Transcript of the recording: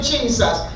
Jesus